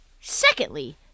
Secondly